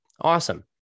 awesome